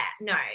no